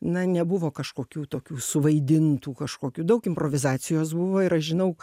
na nebuvo kažkokių tokių suvaidintų kažkokių daug improvizacijos buvo ir aš žinau